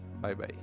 Bye-bye